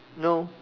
no